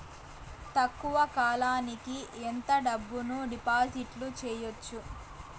తక్కువ కాలానికి ఎంత డబ్బును డిపాజిట్లు చేయొచ్చు?